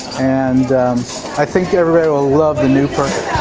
and i think they will love the new first.